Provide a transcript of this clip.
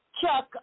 Chuck